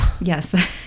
yes